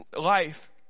life